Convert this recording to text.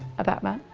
a batman.